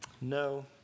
No